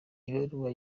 ibaruwa